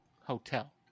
hotel